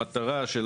המטרה של,